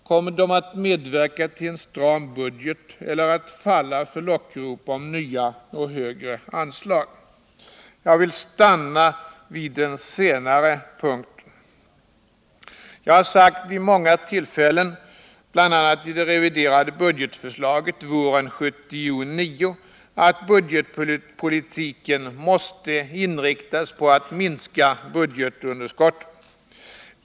Kommer de att medverka till en stram budget eller falla för lockrop om nya och högre anslag? Jag vill stanna vid den senare punkten. Jag har vid många tillfällen sagt, bl.a. i det reviderade budgetförslaget våren 1979, att budgetpolitiken måste inriktas på att minska budgetunderskottet.